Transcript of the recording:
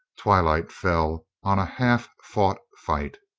twilight fell on a half-fought fight.